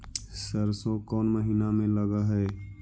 सरसों कोन महिना में लग है?